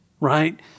right